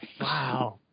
Wow